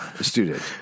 student